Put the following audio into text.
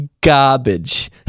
garbage